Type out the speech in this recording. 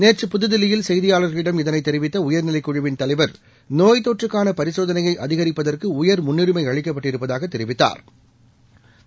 நேற்று புதுதில்லியில் செய்தியாளர்களிடம் இதனைதெரிவித்தஉயர்நிலைக்குழுவின் தலைவர் நோய் தொற்றுக்கானபரிசோதனைய அதிகரிப்பதற்குஉயர் முன்னுரிமைஅளிக்கப்பட்டிருப்பதாகத் தெரிவித்தாா்